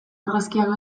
argazkiak